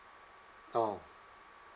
oh